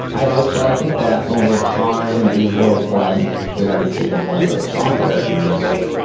i hope so. i think that over time, these worlds blend. we already see the blend of software and music.